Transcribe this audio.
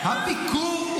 הביקור,